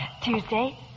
Tuesday